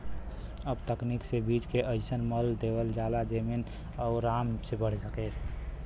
अब तकनीक से बीज के अइसन मल देवल जाला जेमन उ आराम से बढ़ सके